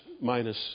minus